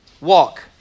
walk